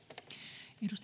kiitos